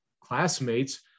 classmates